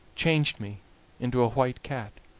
changed me into a white cat.